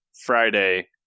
Friday